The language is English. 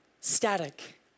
static